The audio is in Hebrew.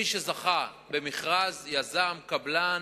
מי שזכה במכרז, יזם או קבלן,